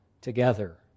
together